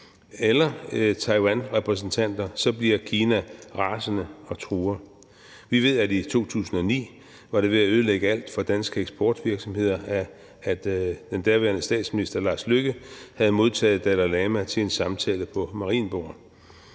eller taiwanrepræsentanter, bliver Kina rasende og truer. Vi ved, at det i 2009 var ved at ødelægge alt for danske eksportvirksomheder, at den daværende statsminister Lars Løkke Rasmussen havde modtaget Dalai Lama til en samtale på Marienborg.